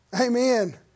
Amen